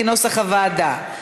כנוסח הוועדה.